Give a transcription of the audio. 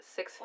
Six